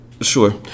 Sure